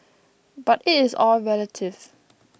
but it is all relative